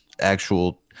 actual